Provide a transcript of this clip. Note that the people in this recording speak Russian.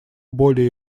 более